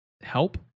help